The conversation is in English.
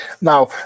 Now